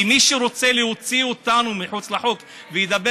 כי מי שרוצה להוציא אותנו מחוץ לחוק וידבר